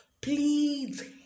Please